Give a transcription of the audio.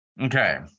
Okay